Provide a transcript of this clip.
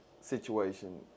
situation